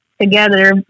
together